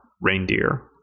reindeer